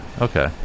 Okay